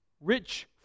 rich